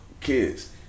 kids